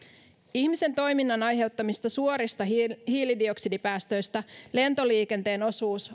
ihmisen toiminnan aiheuttamista suorista hiilidioksidipäästöistä lentoliikenteen osuus